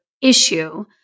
issue